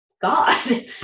God